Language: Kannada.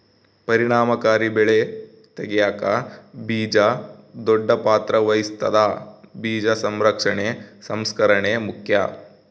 ಪರಿಣಾಮಕಾರಿ ಬೆಳೆ ತೆಗ್ಯಾಕ ಬೀಜ ದೊಡ್ಡ ಪಾತ್ರ ವಹಿಸ್ತದ ಬೀಜ ಸಂರಕ್ಷಣೆ ಸಂಸ್ಕರಣೆ ಮುಖ್ಯ